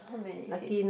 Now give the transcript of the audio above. how many fifth